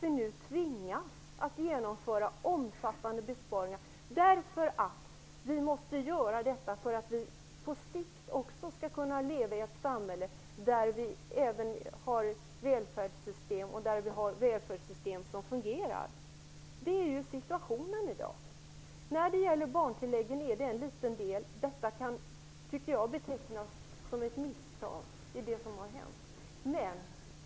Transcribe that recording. Dessutom tvingas vi nu till omfattande besparingar för att vi även på sikt skall kunna leva i ett samhälle där det finns fungerande välfärdssystem. Det är situationen i dag. Barntilläggen är en liten del här. Jag tycker att det kan betecknas som ett misstag.